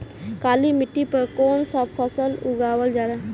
काली मिट्टी पर कौन सा फ़सल उगावल जाला?